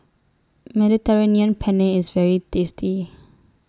Mediterranean Penne IS very tasty